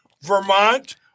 Vermont